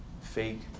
fake